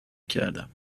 کردم